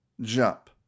jump